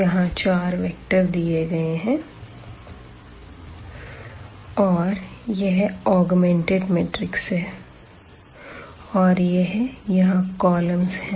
यहां चार वेक्टर दिए गए हैं और यह ऑगमेंटेड मैट्रिक्स हैं और यह यहाँ कॉलमस है